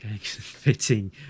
fitting